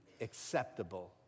acceptable